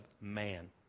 Man